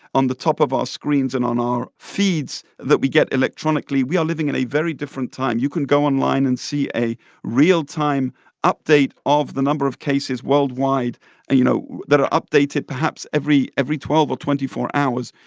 on the top of our screens and on our feeds that we get electronically. we are living in a very different time. you can go online and see a real-time update of the number of cases worldwide and, you know, that are updated perhaps every every twelve or twenty four hours.